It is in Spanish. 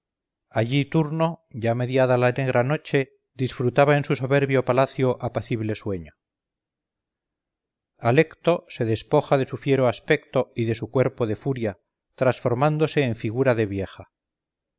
allí turno ya mediada la negra noche disfrutaba en su soberbio palacio apacible sueño alecto se despoja de su fiero aspecto y de su cuerpo de furia transformándose en figura de vieja